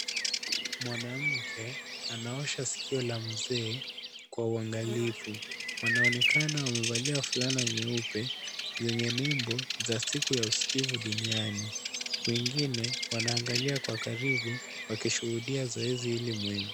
Mwanamke anaosha sikio la mzee kwa uangalifu. Wanaonekana wamevalia fulana nyeupe zenye nembo za siku ya uskivu duniani. Wengine wanaangalia kwa karibu wakishuhudia zoezi hili muhimu.